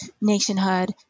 nationhood